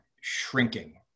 shrinking